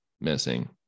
missing